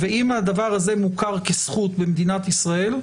ואם הדבר הזה מוכר כזכות במדינת ישראל,